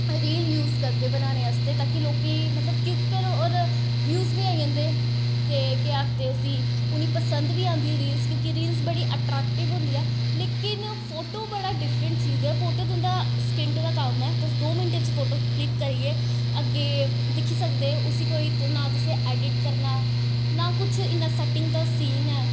reel use करदे बनाने आस्तै ताकि ओह् मतलव कि और ब्यू बी आई जंदे ते केह् आखदे उसी उनें पसंद बी आंदी रील्स क्योंकि बड़ी अट्रैकटिव होंदियां लेकिन फोटो बड़ी डिफ्रैंट चीज़ ऐ फोटो तुंदा सकैंट दा कम्म ऐ तुस दो मैंन्ट च क्लिक करियै अग्गैं दिक्खी सकदे ओ उसी नां तुसें ऐडिट करना ना कुश सैटिंग दा इन्ना सीन ऐ